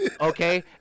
okay